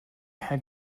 herr